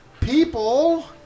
people